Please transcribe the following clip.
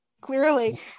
Clearly